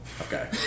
Okay